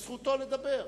שזכותו לדבר.